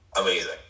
Amazing